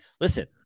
listen